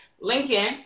Lincoln